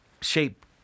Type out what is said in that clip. shape